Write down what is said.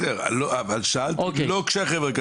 אבל שאלתי לא במקרה שהחברה קדישא.